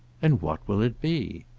and what will it be?